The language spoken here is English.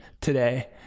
today